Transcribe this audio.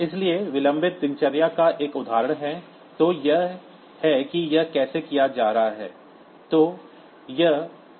इसलिए विलंबित दिनचर्या का एक उदाहरण है तो यह है कि यह कैसे किया जा रहा है